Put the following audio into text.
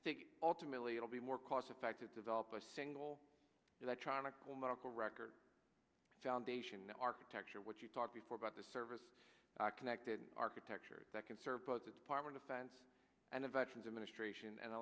i think ultimately it'll be more cost effective develop a single electronic home medical record foundation architecture what you talked before about the service connected architecture that can serve both the department of defense and the veterans administration and